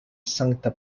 sankta